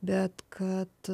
bet kad